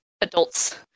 adults